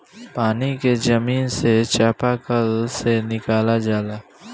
पानी के जमीन से चपाकल से निकालल जाला